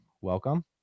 welcome